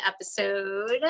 episode